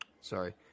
Sorry